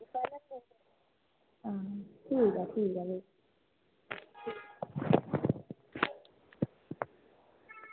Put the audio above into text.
ठीक ऐ ठीक ऐ भी